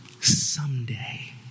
someday